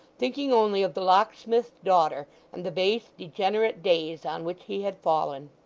thinking only of the locksmith's daughter, and the base degenerate days on which he had fallen.